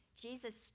Jesus